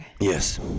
Yes